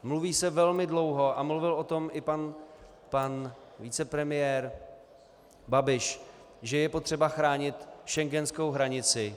Mluví se velmi dlouho, a mluvil o tom i pan vicepremiér Babiš, že je potřeba chránit schengenskou hranici.